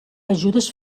ajudes